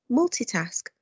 Multitask